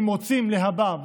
אם רוצים להבא,